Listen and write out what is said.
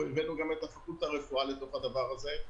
הבאנו גם את הפקולטה לרפואה לתוך הדבר הזה,